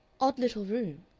odd little room,